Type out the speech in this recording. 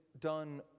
done